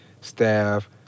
staff